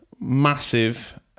massive